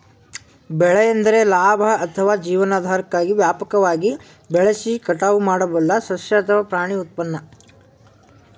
ಬೆಳೆ ಎಂದರೆ ಲಾಭ ಅಥವಾ ಜೀವನಾಧಾರಕ್ಕಾಗಿ ವ್ಯಾಪಕವಾಗಿ ಬೆಳೆಸಿ ಕಟಾವು ಮಾಡಬಲ್ಲ ಸಸ್ಯ ಅಥವಾ ಪ್ರಾಣಿ ಉತ್ಪನ್ನ